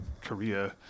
Korea